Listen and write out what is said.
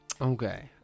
Okay